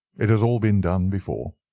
it has all been done before.